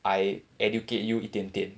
I educate you 一点点